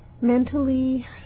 mentally